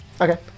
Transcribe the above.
Okay